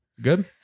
Good